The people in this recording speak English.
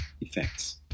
effects